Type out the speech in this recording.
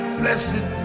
blessed